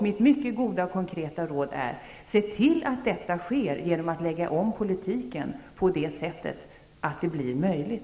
Mitt mycket goda och konkreta råd är: Se till att detta sker genom att lägga om politiken på det sättet att det blir möjligt!